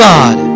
God